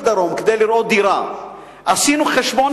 ולא רואה את עתידו בשום ארץ אחרת?"